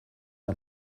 ein